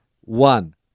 One